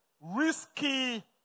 risky